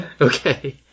Okay